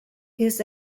his